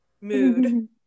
Mood